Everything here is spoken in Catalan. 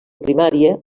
primària